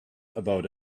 about